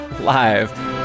Live